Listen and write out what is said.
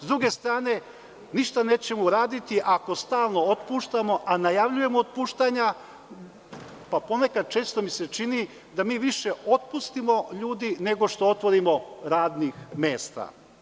S druge strane, ništa nećemo uraditi ako stalno otpuštamo, a najavljujemo otpuštanja, pa ponekad mi se često čini da mi više otpustimo ljudi, nego što otvorimo radnih mesta.